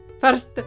First